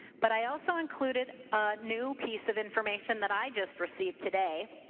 but i also included a new piece of information that i just received today.